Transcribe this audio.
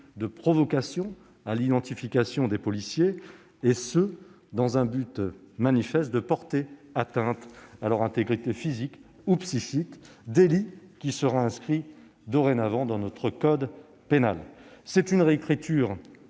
de provocation à l'identification des policiers, et ce dans un but manifeste de porter atteinte à leur intégrité physique ou psychique. Ce délit sera dorénavant inscrit dans le code pénal. Il s'agit d'une réécriture